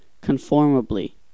conformably